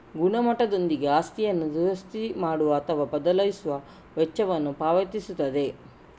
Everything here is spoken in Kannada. ಗುಣಮಟ್ಟದೊಂದಿಗೆ ಆಸ್ತಿಯನ್ನು ದುರಸ್ತಿ ಮಾಡುವ ಅಥವಾ ಬದಲಿಸುವ ವೆಚ್ಚವನ್ನು ಪಾವತಿಸುತ್ತದೆ